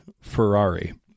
ferrari